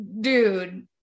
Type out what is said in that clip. dude